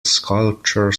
sculpture